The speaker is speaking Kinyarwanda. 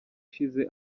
ishize